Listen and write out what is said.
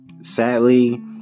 sadly